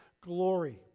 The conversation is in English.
glory